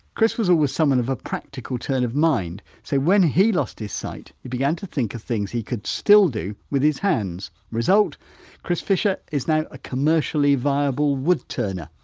chris was always someone of a practical turn of mind, so when he lost his sight, he began to think of things he could still do with his hands, result chris fisher is now a commercially viable wood turner.